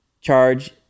charge